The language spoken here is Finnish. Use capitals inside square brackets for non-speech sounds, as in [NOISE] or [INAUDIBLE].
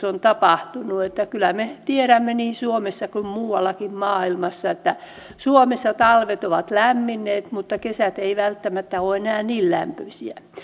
[UNINTELLIGIBLE] on tapahtunut niin kyllä me tiedämme niin suomessa kuin muuallakin maailmassa että suomessa talvet ovat lämmenneet mutta kesät eivät välttämättä ole enää niin lämpöisiä